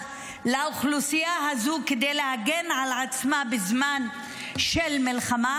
לאוכלוסייה הזאת כדי להגן על עצמה בזמן של מלחמה?